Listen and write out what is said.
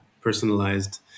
personalized